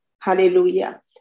Hallelujah